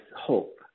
hope